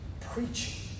preaching